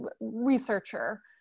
researcher